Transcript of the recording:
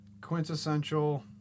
Quintessential